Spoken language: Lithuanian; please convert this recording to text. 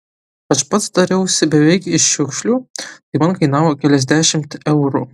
aš pats dariausi beveik iš šiukšlių tai man kainavo keliasdešimt eurų